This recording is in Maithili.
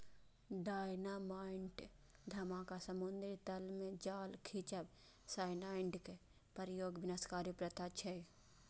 डायनामाइट धमाका, समुद्री तल मे जाल खींचब, साइनाइडक प्रयोग विनाशकारी प्रथा छियै